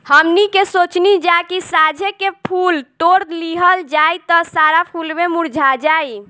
हमनी के सोचनी जा की साझे के फूल तोड़ लिहल जाइ त सारा फुलवे मुरझा जाइ